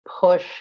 push